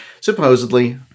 supposedly